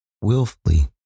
Willfully